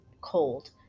cold